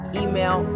email